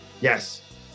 Yes